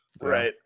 Right